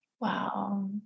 wow